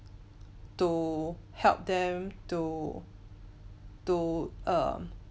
to help them to to err